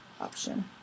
option